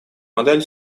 модель